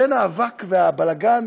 בין האבק והבלגן,